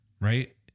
Right